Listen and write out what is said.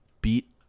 beat